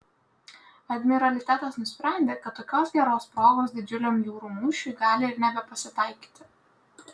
admiralitetas nusprendė kad tokios geros progos didžiuliam jūrų mūšiui gali ir nebepasitaikyti